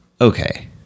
okay